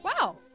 Wow